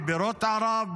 בבירות ערב,